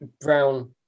brown